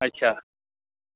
अच्छा